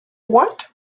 what